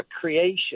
creation